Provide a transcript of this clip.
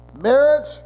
Marriage